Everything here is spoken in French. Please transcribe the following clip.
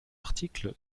article